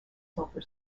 sulphur